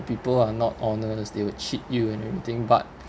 people are not honest they would cheat you and everything but